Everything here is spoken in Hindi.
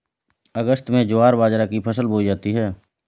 अगस्त में ज्वार बाजरा की फसल बोई जाती हैं